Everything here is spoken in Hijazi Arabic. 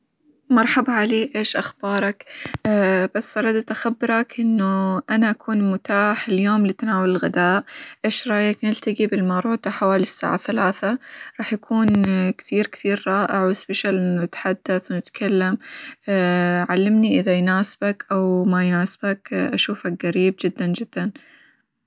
مرحبا علي إيش أخبارك؟ بس أردت أخبرك إنه أنا أكون متاح اليوم لتناول الغداء، إ يش رأيك نلتقي بالماروتة حوالي الساعة ثلاثة؟ راح يكون كثير كثير رائع، واسبيشال، ونتحدث، ونتكلم علمني إذا يناسبك، أو ما يناسبك، أشوفك قريب جدًا جدًا.